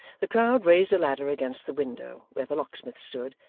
the crowd raised a ladder against the window where the locksmith stood,